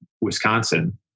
Wisconsin